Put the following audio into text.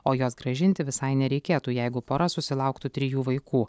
o jos grąžinti visai nereikėtų jeigu pora susilauktų trijų vaikų